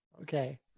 Okay